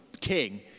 king